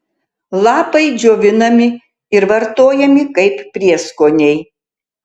lapai džiovinami ir vartojami kaip prieskoniai